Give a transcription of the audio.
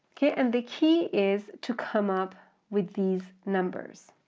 okay, and the key is to come up with these numbers.